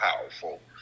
powerful